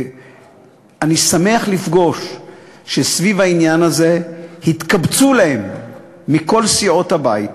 אני שמח לראות שסביב העניין הזה התקבצו להם מכל סיעות הבית